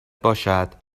باشد